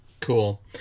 cool